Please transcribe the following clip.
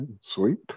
sweet